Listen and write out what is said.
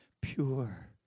pure